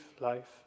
life